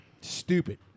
Stupid